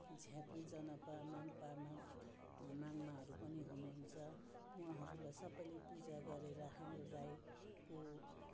झाँक्री जनपा माङ्पा माङ् माङ्माहरू पनि हुनुहुन्छ उहाँहरूलाई सबैले पूजा गरेर हाम्रो राई